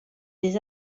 des